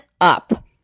up